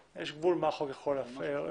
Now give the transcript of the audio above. לחוק.